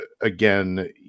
again